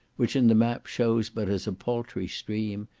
which in the map shows but as a paltry stream,